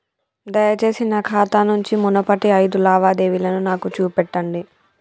దయచేసి నా ఖాతా నుంచి మునుపటి ఐదు లావాదేవీలను నాకు చూపెట్టండి